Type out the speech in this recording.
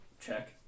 check